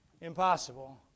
impossible